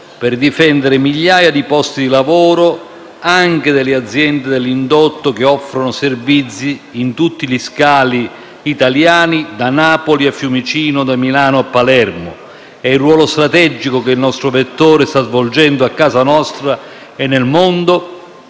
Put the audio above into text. per difendere migliaia di posti di lavoro, anche nelle aziende dell'indotto che offrono servizi in tutti gli scali italiani, da Napoli a Fiumicino, da Milano a Palermo, e il ruolo strategico che il nostro vettore sta svolgendo a casa nostra e nel mondo